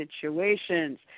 situations